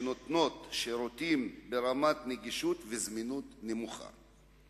שנותנות שירותים ברמת נגישות וזמינות נמוכה.